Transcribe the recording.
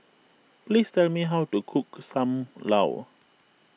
please tell me how to cook Sam Lau